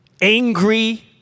angry